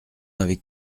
avec